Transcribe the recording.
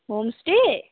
homestay